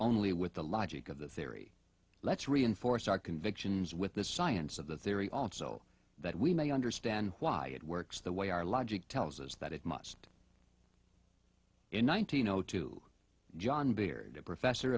only with the logic of the theory let's reinforce our convictions with the science of the theory also that we may understand why it works the way our logic tells us that it must in one thousand know to jon baird a professor